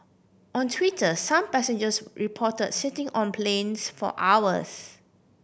on Twitter some passengers report sitting on planes for hours